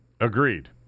Agreed